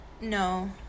No